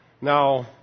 Now